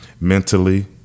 mentally